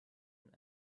and